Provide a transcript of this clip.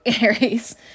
Aries